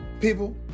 people